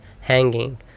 hanging